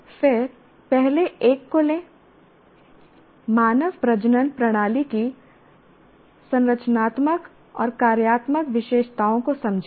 फिर पहले एक को लें मानव प्रजनन प्रणाली की संरचनात्मक और कार्यात्मक विशेषताओं को समझें